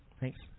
Thanks